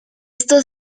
esto